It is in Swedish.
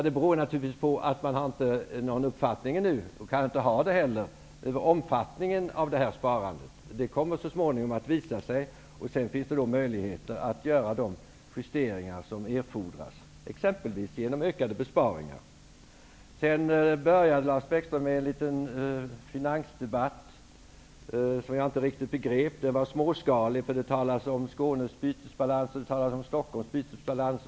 Det beror naturligtvis på att man inte har någon uppfattning ännu, och kan inte heller ha, om omfattningen av det här sparandet. Det kommer så småningom att visa sig. Sedan finns det möjlighet att göra de justeringar som erfordras, exempelvis genom ökade besparingar. Sedan inledde Lars Bäckström en finansdebatt som jag inte riktigt begrep. Den var småskalig, för det talades om Skånes bytesbalans och Stockholms bytesbalans.